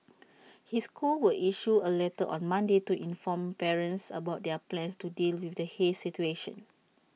his school will issue A letter on Monday to inform parents about their plans to deal with the haze situation